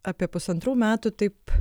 apie pusantrų metų taip